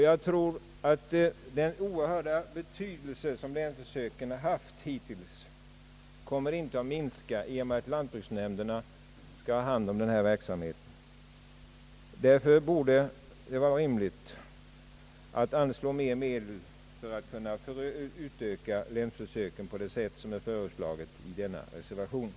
Jag tror inte att den stora betydelse som länsförsöken hittills haft kommer att minska 1 och med att lantbruksnämnderna skall ta hand om denna verksamhet. Det borde därför vara rimligt att anslå ytterligare medel för att länsförsöken skall kunna upprätthållas på det sätt som föreslagits i den tidigare nämnda reservationen.